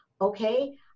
Okay